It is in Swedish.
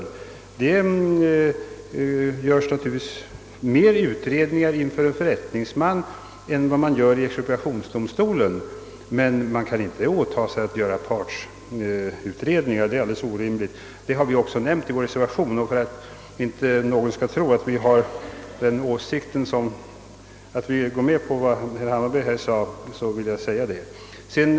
En förrättningsman utför naturligtvis utredningar i större omfattning än vad som blir fallet inom expropriationsdomstolen, men han kan inte åta sig att göra partsutredningar. Det är orimligt. Detta har vi även nämnt i vår motion, och jag vill göra denna deklaration för att ingen skall tro att vi accepterar vad herr Hammarberg nyss framhållit som motivering.